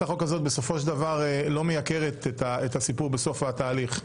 החוק הזו בסופו של דבר לא מייקרת את הסיפור בסוף התהליך,